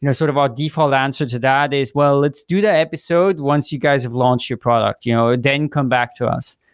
you know sort of our default answer to that is, well, let's do the episode once you guys have launched your product. you know then come back to us.